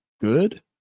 good